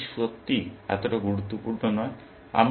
সুতরাং এটি সত্যিই এত গুরুত্বপূর্ণ নয়